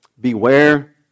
Beware